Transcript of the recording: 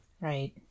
right